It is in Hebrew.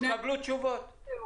תקבלו תשובות לכל השאלות.